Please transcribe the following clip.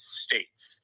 states